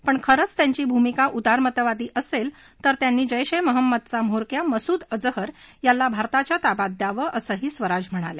पण खरंच त्यांची भूमिका उदारमतवादी असेल तर त्यांनी जैश ए महमदचा म्होरक्या मसूद अजहर याला भारताच्या ताब्यात द्यावं असंही स्वराज म्हणाल्या